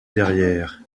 derrière